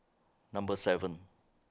Number seven